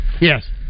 Yes